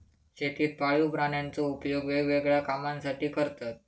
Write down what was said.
शेतीत पाळीव प्राण्यांचो उपयोग वेगवेगळ्या कामांसाठी करतत